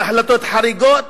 עם החלטות חריגות